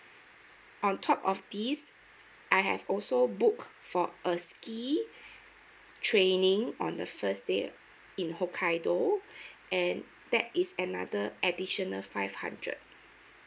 on top of this I have also book for a ski training on the first day in hokkaido and that is another additional five hundred